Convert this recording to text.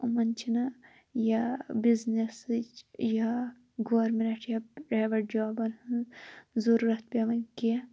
یِمَن چھِنہٕ یا بِزنَسٕچ یا گورمَِنٛٹ یا پِرٛیویٹ جابَن ہٕنٛز ضروٗرَت پیٚوان کیٚنٛہہ